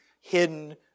hidden